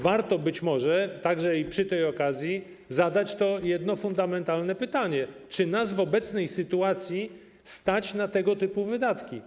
Warto być może także i przy tej okazji zadać to jedno fundamentalne pytanie: Czy nas w obecnej sytuacji stać na tego typu wydatki?